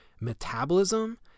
metabolism